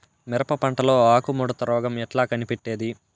మిరప పంటలో ఆకు ముడత రోగం ఎట్లా కనిపెట్టేది?